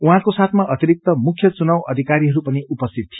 उहाँको साथमा अतिरिक्त मुख्य चुनाव अधिकारीहरू पनि उपस्थित थि